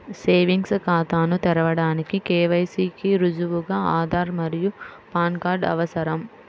savings ఖాతాను తెరవడానికి KYC కి రుజువుగా ఆధార్ మరియు పాన్ కార్డ్ అవసరం